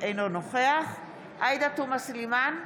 אינו נוכח עאידה תומא סלימאן,